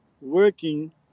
working